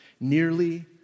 Nearly